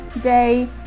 day